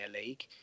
League